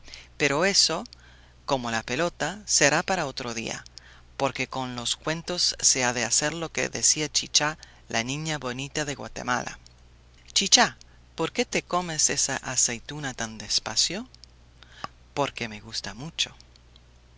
pero eso como la pelota será para otro día porque con los cuentos se ha de hacer lo que decía chichá la niña bonita de guatemala chichá por qué te comes esa aceituna tan despacio porque me gusta mucho